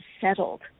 settled